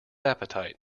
appetite